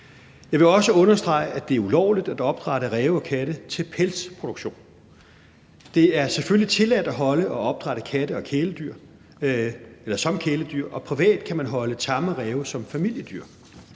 Jeg vil også understrege, at det er ulovligt at opdrætte ræve og katte til pelsproduktion. Det er selvfølgelig tilladt at holde og opdrætte katte som kæledyr, og privat kan man holde tamme ræve som familiedyr.